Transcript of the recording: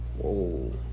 Whoa